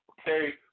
okay